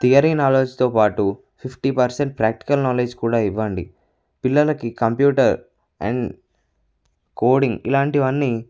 theory నాలెడ్జ్తో పాటు fifty percent practical knowledge కూడా ఇవ్వండి పిల్లలకి కంప్యూటర్ అండ్ కోడింగ్ ఇలాంటివి అన్నీ